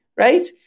right